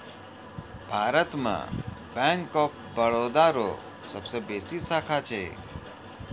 भारत मे bank of Baroda रो सबसे बेसी शाखा छै